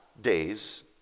days